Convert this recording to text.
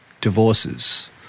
divorces